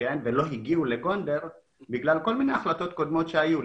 ולא הגיעו לגונדר בגלל כלן מיני החלטות קודמות שהיו.